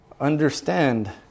understand